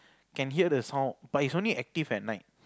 can hear the sound but is only active at night